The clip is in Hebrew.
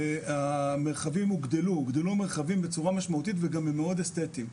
המרחבים הוגדלו בצורה משמעותית וגם הם מאוד אסתטיים.